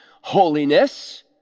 holiness